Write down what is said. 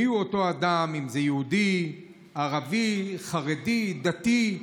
מיהו אותו אדם, אם זה יהודי, ערבי, חרדי, דתי.